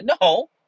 No